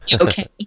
okay